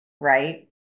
Right